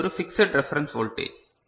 இது ஒரு fixed reference voltage